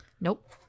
Nope